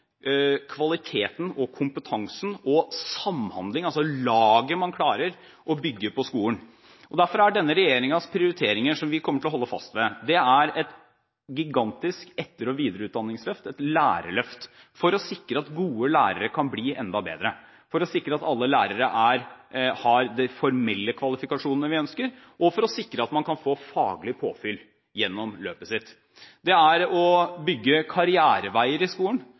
kvaliteten og kompetansen – og samhandling, altså laget man klarer å bygge på skolen. Derfor er denne regjeringens prioriteringer, som vi kommer til å holde fast ved, et gigantisk etter- og videreutdanningsløft, et lærerløft, for å sikre at gode lærere kan bli enda bedre, for å sikre at alle lærere har de formelle kvalifikasjonene vi ønsker, og for å sikre at man kan få faglig påfyll gjennom løpet sitt. Det er å bygge karriereveier i skolen,